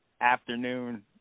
afternoon